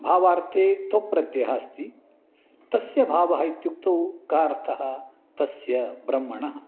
भावार्थे त्व प्रत्ययः अस्ति तस्य भावः इत्युक्तौ कः अर्थः तस्य ब्रह्मणः